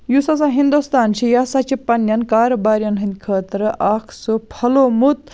یُس ہَسا ہِندوستان چھُ یہِ ہَسا چھُ پَننٮ۪ن کاربارٮ۪ن ہٕنٛدۍ خٲطرٕ اکھ سُہ پھوٚلومُت